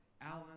Alan